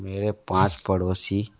मेरे पाँच पड़ोसी